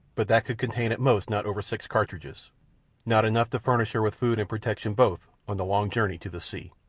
but that could contain at most not over six cartridges not enough to furnish her with food and protection both on the long journey to the sea.